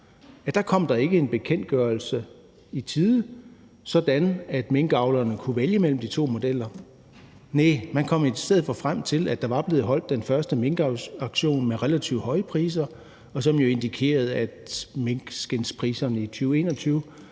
ikke kom en bekendtgørelse i tide, sådan at minkavlerne kunne vælge mellem de to modeller. Næh, man kom i stedet for frem til, at der var blevet holdt den første minkauktion med relativt høje priser, hvilket jo indikerede, at priserne på